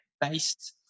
based